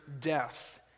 death